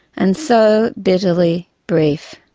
and so bitterly brief.